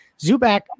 Zubac